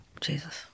Jesus